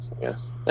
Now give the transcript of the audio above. yes